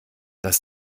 das